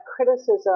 criticism